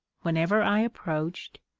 whenever i approached,